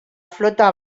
flota